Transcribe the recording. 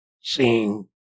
seeing